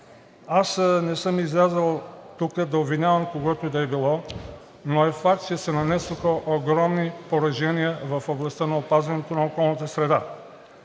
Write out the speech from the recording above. Не съм излязъл тук да обвинявам когото и да било, но е факт, че се нанесоха огромни поражения в областта на опазването на околната среда.